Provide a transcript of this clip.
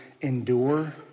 endure